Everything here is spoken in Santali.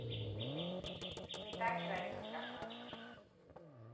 ᱧᱟᱛᱟᱧ ᱮᱨᱟᱭ ᱪᱮᱫ ᱟᱠᱟᱫᱤᱧᱟᱹ